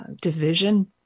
division